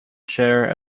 chair